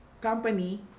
company